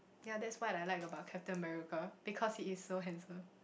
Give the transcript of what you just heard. ya that's what I like about Captain-America because he is so handsome